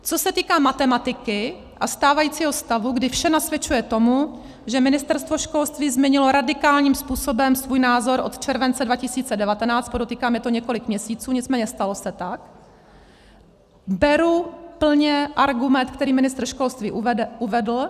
Co se týká matematiky a stávajícího stavu, kdy vše nasvědčuje tomu, že Ministerstvo školství změnilo radikálním způsobem svůj názor od července 2019, podotýkám, je to několik měsíců, nicméně stalo se tak, beru plně argument, který pan ministr školství uvedl.